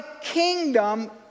kingdom